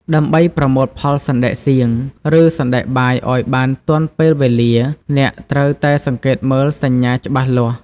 ដើម្បីប្រមូលផលសណ្ដែកសៀង ឬសណ្ដែកបាយឲ្យបានទាន់ពេលវេលា អ្នកត្រូវតែសង្កេតមើលសញ្ញាច្បាស់លាស់។